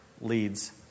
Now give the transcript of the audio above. leads